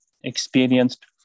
experienced